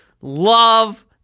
love